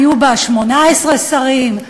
יהיו בה 18 שרים,